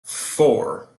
four